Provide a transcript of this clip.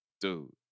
dude